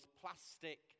plastic